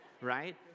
right